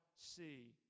see